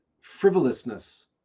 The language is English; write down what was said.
frivolousness